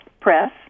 Press